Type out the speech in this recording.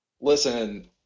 listen